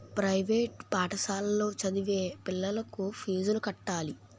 private పాఠశాలలో చదివే పిల్లలకు ఫీజులు కట్టాలి